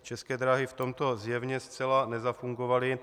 České dráhy v tomto zjevně zcela nezafungovaly.